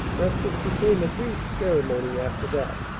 breakfast became a brief ceremony after that.